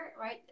right